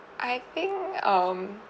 I think um